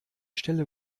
stelle